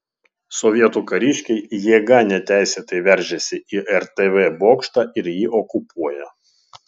sovietų kariškiai jėga neteisėtai veržiasi į rtv bokštą ir jį okupuoja